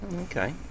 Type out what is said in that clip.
Okay